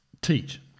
teach